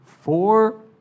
Four